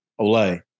Olay